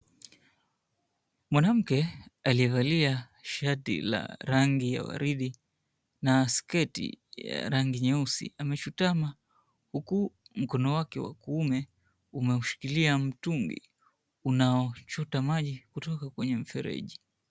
Mwanamke aliyevalia shati la rangi ya waridi, na sketi ya rangi nyeusi amechutama huku mkono wake wa kuume umeushikilia mtungi unaochota maji kutoka kwenye mfereji.